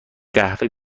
قهوه